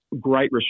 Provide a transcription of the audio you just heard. great